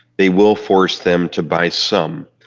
they will force them to buy some.